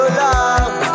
love